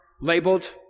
labeled